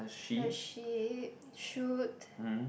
does she~ shoot